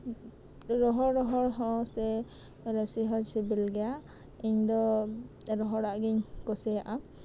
ᱨᱚᱦᱚᱲ ᱦᱚᱸ ᱥᱮ ᱨᱟᱥᱮ ᱦᱚᱸ ᱥᱤᱵᱤᱞ ᱜᱮᱭᱟ ᱤᱧ ᱫᱚ ᱨᱚᱦᱚᱲᱟᱜ ᱜᱤᱧ ᱠᱩᱥᱤᱭᱟᱜᱼᱟ